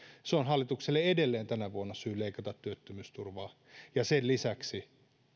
se on hallitukselle edelleen tänä vuonna syy leikata työttömyysturvaa ja sen lisäksi